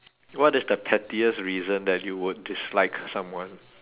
what is the pettiest reason that you would dislike someone